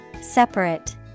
Separate